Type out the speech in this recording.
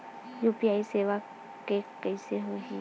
UPI सेवा के कइसे होही?